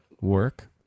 work